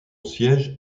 siège